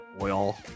oil